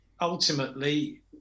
ultimately